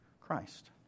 Christ